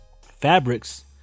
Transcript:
Fabrics